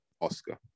Oscar